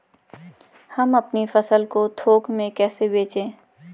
हम अपनी फसल को थोक में कैसे बेचें?